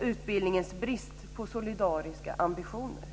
utbildningens brist på solidariska ambitioner.